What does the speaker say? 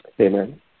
Amen